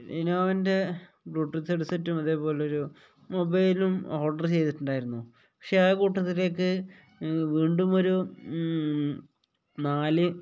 ലിനോവോവിൻ്റെ Bluetooth ഹെഡ്സെറ്റും അതേപോലെയൊരു മൊബൈലും ഓർഡർ ചെയ്തിട്ടുണ്ടായിരുന്നു പക്ഷേ ആ കൂട്ടത്തിലേക്ക് വീണ്ടും ഒരു നാല്